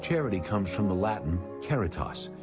charity comes from the latin charitas,